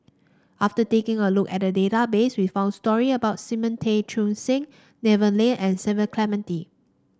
after taking a look at database we found story about Simon Tay Seong Chee Devan Nair and Cecil Clementi